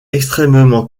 extrêmement